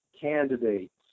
candidates